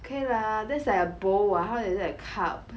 okay lah that's like a bowl [what] how is that a cup